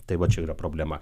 tai va čia yra problema